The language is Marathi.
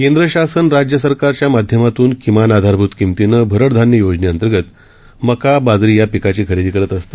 केंद्रशासनराज्यसरकारच्यामाध्यमातूनकिमानआधारभुतकिंमतीनंभरडधान्ययोजनेअंतर्गतमका बाजरीयापिकाचीखरेदीकरतअसते